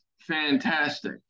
fantastic